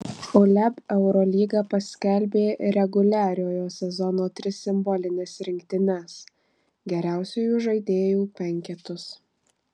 uleb eurolyga paskelbė reguliariojo sezono tris simbolines rinktines geriausiųjų žaidėjų penketus